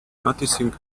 noticing